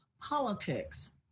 politics